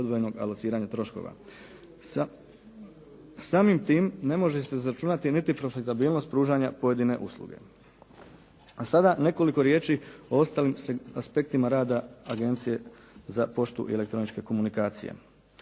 odvojenog alociranja troškova. Samim time ne može se izračunati niti profitabilnost pružanja pojedine usluge. A sada nekoliko riječi o ostalim aspektima rada Agencije za poštu i elektroničke komunikacije.